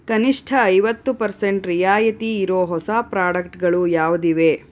ಕನಿಷ್ಠ ಐವತ್ತು ಪರ್ಸೆಂಟ್ ರಿಯಾಯಿತಿ ಇರೋ ಹೊಸ ಪ್ರಾಡಕ್ಟ್ಗಳು ಯಾವುದಿವೆ